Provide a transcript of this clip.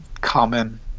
common